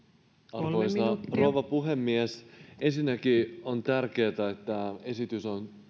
arvoisa rouva puhemies ensinnäkin on tärkeätä että esitys on